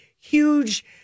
huge